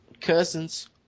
cousins